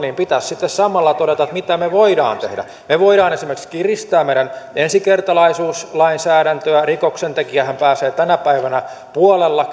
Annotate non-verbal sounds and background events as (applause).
pitäisi sitten samalla todeta että mitä me voimme tehdä me voimme esimerkiksi kiristää meidän ensikertalaisuuslainsäädäntöä rikoksentekijähän pääsee tänä päivänä puolella (unintelligible)